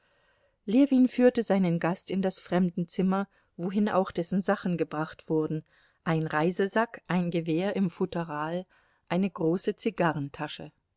ljewin führte seinen gast in das fremdenzimmer wohin auch dessen sachen gebracht wurden ein reisesack ein gewehr im futteral eine große